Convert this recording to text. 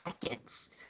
seconds